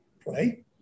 pray